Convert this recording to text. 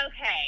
okay